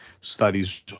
studies